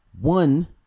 one